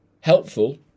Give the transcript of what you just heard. helpful